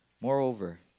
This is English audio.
moreover